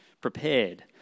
prepared